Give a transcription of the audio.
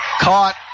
Caught